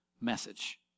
message